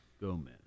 Gomez